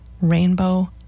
rainbow